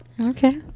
Okay